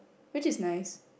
which is nice